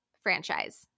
franchise